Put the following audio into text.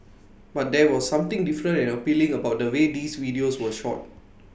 but there was something different and appealing about the way these videos were shot